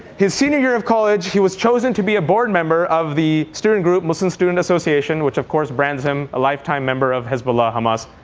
his senior year of college, he was chosen to be a board member of the student group, muslim student association, which of course brands him a lifetime member of hezbollah, hamas,